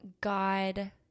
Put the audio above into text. God